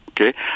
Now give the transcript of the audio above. okay